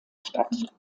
statt